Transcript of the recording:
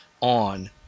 on